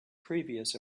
previous